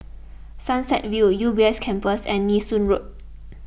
Sunset View U B S Campus and Nee Soon Road